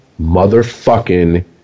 motherfucking